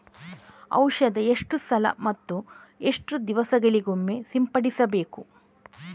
ಔಷಧ ಎಷ್ಟು ಸಲ ಮತ್ತು ಎಷ್ಟು ದಿವಸಗಳಿಗೊಮ್ಮೆ ಸಿಂಪಡಿಸಬೇಕು?